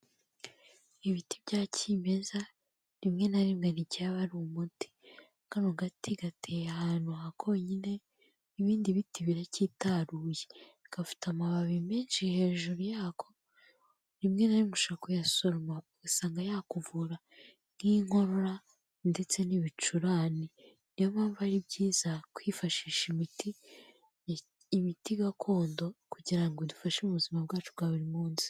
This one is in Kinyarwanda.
Ibiti bya kimeza rimwe na rimwe nticyaba ari umuti. Kano gati gateye ahantu konyine, ibindi biti biracyitaruye. Gafite amababi menshi hejuru yako, rimwe na rimwe ushaka kuyasoroma ugasanga yakuvura nk'inkorora ndetse n'ibicurane. Niyo mpamvu ari byiza kwifashisha imiti gakondo kugira idufashe mu buzima bwacu bwa buri munsi.